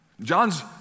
John's